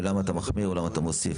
ולמה אתה מחמיר או למה אתה מוסיף.